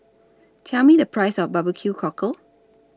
Tell Me The Price of Barbeque Cockle